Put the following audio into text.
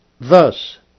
Thus